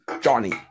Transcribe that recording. Johnny